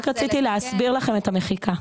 רק רציתי להסביר לכם את המחיקה.